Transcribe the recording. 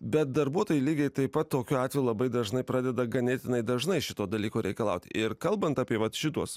bet darbuotojai lygiai taip pat tokiu atveju labai dažnai pradeda ganėtinai dažnai šito dalyko reikalaut ir kalbant apie vat šituos